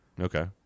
Okay